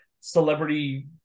celebrity